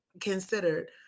considered